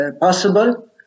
possible